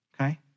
okay